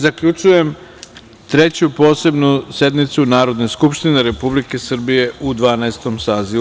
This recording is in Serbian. Zaključujem Treću posebnu sednicu Narodne skupštine Republike Srbije u Dvanaestom sazivu.